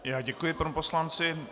Já děkuji panu poslanci.